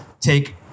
take